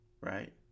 Right